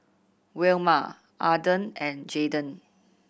Wilma Arden and Jaydon